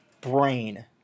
brain